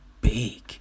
big